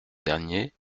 dernier